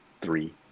three